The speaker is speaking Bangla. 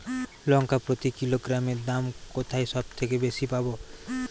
লঙ্কা প্রতি কিলোগ্রামে দাম কোথায় সব থেকে বেশি পাব?